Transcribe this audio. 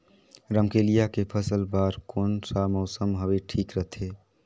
रमकेलिया के फसल बार कोन सा मौसम हवे ठीक रथे?